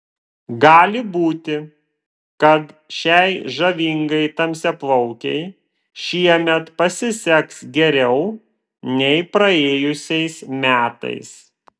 gali būti kad šiai žavingai tamsiaplaukei šiemet pasiseks geriau nei praėjusiais metais